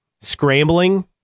scrambling